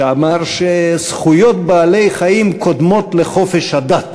שאמר שזכויות בעלי-חיים קודמות לחופש הדת,